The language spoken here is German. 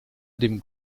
dem